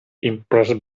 impressed